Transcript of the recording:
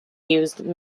used